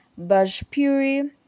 Bajpuri